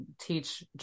teach